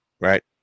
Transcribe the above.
right